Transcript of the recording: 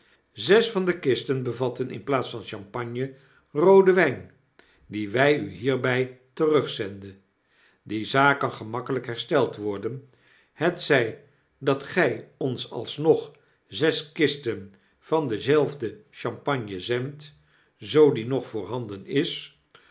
zes van de kisten bevatten in plaats van champagne rooden wp dien wij u hierby terugzenden die zaak kan gemakkelijk hersteld women hetzij dat gy ons alsnog zes kisten van denzelfden champagne zendt zoo die nog voorbanden is